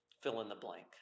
fill-in-the-blank